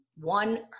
One